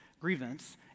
grievance